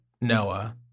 Noah